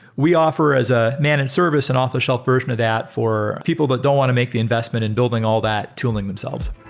we offer as a managed service and off the-shelf version of that for people that don't want to make the investment in building all that tooling themselves